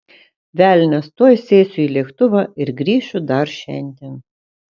velnias tuoj sėsiu į lėktuvą ir grįšiu dar šiandien